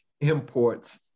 imports